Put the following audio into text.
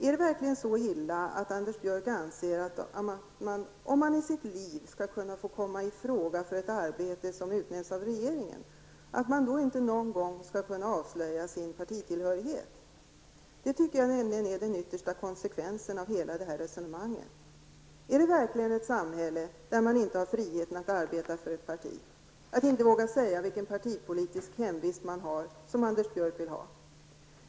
Är det verkligen så illa att Anders Björck anser att om man i sitt liv skall kunna komma i fråga till ett arbete som utnämns av regeringen, får man inte någon gång avslöja sin partitillhörighet? Det tycker jag nämligen är den yttersta konsekvensen av hela detta resonemang. Är det verkligen ett bra samhälle där man inte har friheten att arbeta för ett politiskt parti, där man inte vågar säga vilken partipolitisk hemvist man har, som Anders Björck vill ha?